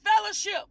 fellowship